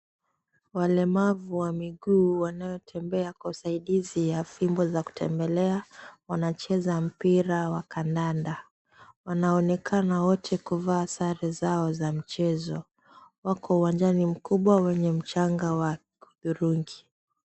Walemavu wa miguu wanaotembea kwa usaidizi ya fimbo za kutembelea wanacheza mpira wa kandanda. Wanaonekana wote kuvaa sare zao za mchezo. Wako uwanjani mkubwa wenye mchanga wa hudhurungi.